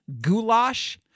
goulash